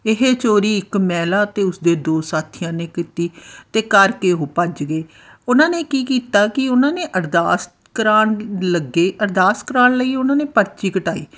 ਇਹ ਚੋਰੀ ਇੱਕ ਮਹਿਲਾ ਅਤੇ ਉਸਦੇ ਦੋ ਸਾਥੀਆਂ ਨੇ ਕੀਤੀ ਅਤੇ ਕਰ ਕੇ ਉਹ ਭੱਜ ਗਏ ਉਹਨਾਂ ਨੇ ਕੀ ਕੀਤਾ ਕਿ ਉਹਨਾਂ ਨੇ ਅਰਦਾਸ ਕਰਾਉਣ ਲੱਗੇ ਅਰਦਾਸ ਕਰਾਉਣ ਲਈ ਉਹਨਾਂ ਨੇ ਪਰਚੀ ਕਟਾਈ